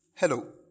Hello